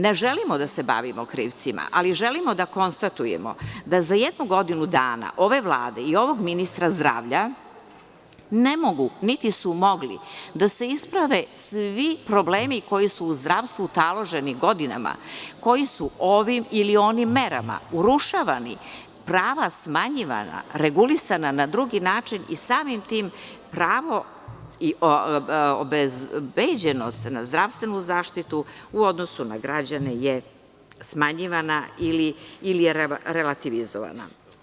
Ne želimo da se bavimo krivcima, ali želimo da konstatujemo da za jednu godinu dana ove Vlade i ovog ministra zdravlja ne mogu niti su mogli da se isprave svi problemi koji su u zdravstvu taloženi godinama, koji su ovim ili onim merama urušavani, prava smanjivanja, regulisana na drugi način i samim tim pravo na obezbeđenu zdravstvenu zaštitu u odnosu na građane je smanjivana ili je relativizovana.